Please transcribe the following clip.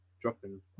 dropping